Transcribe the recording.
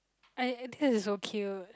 I I think this is so cute